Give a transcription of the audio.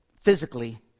physically